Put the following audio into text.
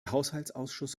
haushaltsausschuss